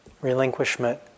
relinquishment